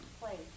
place